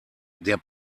der